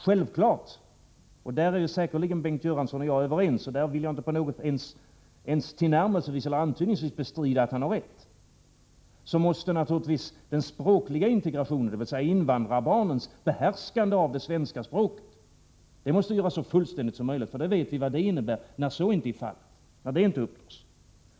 Självfallet, och där är säkerligen Bengt Göransson och jag överens — och där vill jag inte ens tillnärmelsevis eller antydningsvis bestrida att han har rätt — måste den språkliga integrationen, dvs. invandrarbarnens behärskande av det svenska språket, göras så fullständig som möjligt, eftersom vi vet vad det innebär när så inte är fallet och detta inte uppnås.